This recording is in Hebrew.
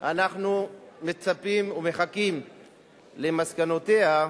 אנחנו מצפים ומחכים למסקנות עליה,